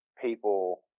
people